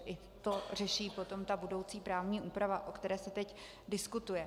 I to řeší potom ta budoucí právní úprava, o které se teď diskutuje.